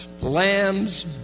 lambs